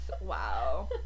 Wow